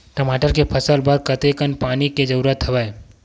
टमाटर के फसल बर कतेकन पानी के जरूरत हवय?